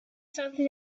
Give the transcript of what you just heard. something